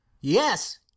yes